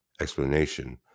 explanation